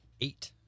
eight